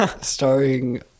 starring